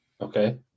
okay